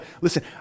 listen